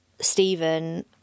Stephen